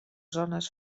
zones